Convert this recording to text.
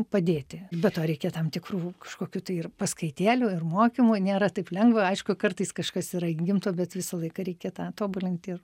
padėti be to reikia tam tikrų kažkokių tai ir paskaitėlių ir mokymų nėra taip lengva aišku kartais kažkas yra įgimto bet visą laiką reikia tą tobulinti